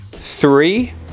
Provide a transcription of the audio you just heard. three